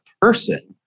person